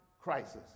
crisis